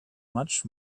much